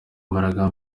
mbaraga